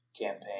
campaign